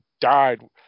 died